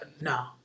no